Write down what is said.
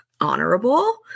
honorable